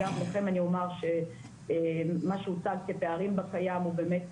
אגב לכם אני אומר שמה שהוצג כפערים בקיים זה באמת